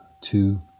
Two